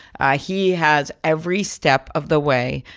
ah he has, every step of the way,